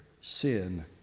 sin